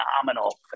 phenomenal